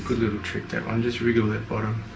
little trick that one, just wriggle their bottom.